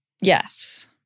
Yes